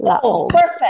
perfect